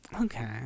okay